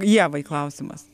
ievai klausimas